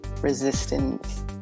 resistance